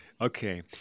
okay